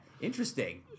Interesting